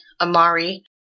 Amari